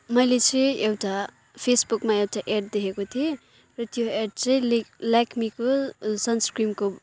मैले चाहिँ एउटा फेसबुकमा एउटा एड् देखेको थिएँ र त्यो एड् चाहिँ लेक लेक्मीको सन्सक्रिमको